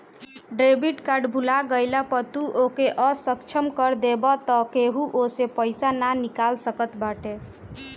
debit card भूला गईला पअ तू ओके असक्षम कर देबाअ तअ केहू ओसे पईसा ना निकाल सकत बाटे